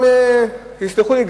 יסלחו לי,